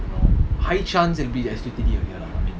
you know high chance it'll be as again lah I mean